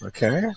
Okay